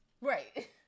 right